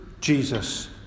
Jesus